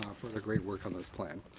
for their great work on this plan.